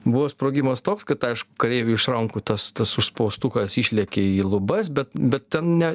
buvo sprogimas toks kad aišku kareiviui iš rankų tas tas užspaustukas išlėkė į lubas bet bet ten ne